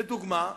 לדוגמה,